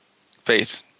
Faith